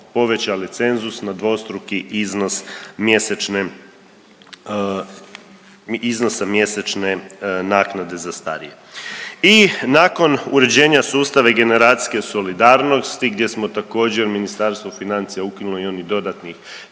povećali cenzus na dvostruki iznos mjesečne, iznosa mjesečne naknade za starije. I nakon uređenja sustave generacijske solidarnosti gdje smo također Ministarstvo financija ukinulo je i onih dodatnih